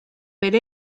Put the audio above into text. per